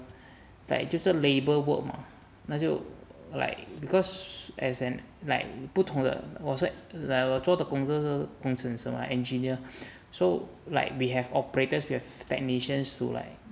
like 就是 labour work mah 他就 like because as in like 不同的 what was that like 我做的工作是工程 like engineer so like we have operators we have technicians to like